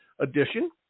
edition